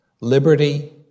liberty